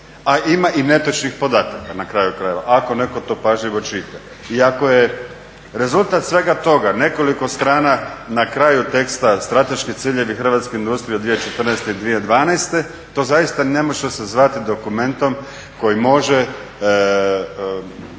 a ima i netočnih podataka na kraju krajeva ako netko to pažljivo čita. I ako je rezultat svega toga nekoliko strana na kraju teksta strateški ciljevi hrvatske industrije u 2014. i 2012. to zaista ne može se zvati dokumentom koji može